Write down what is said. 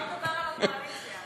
שלא לדבר על הקואליציה.